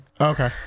okay